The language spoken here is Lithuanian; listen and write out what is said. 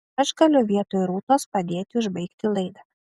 aš galiu vietoj rūtos padėti užbaigti laidą